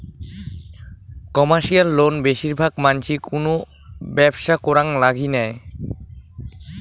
commercial loan বেশির ভাগ মানসি কুনো ব্যবসা করাং লাগি নেয়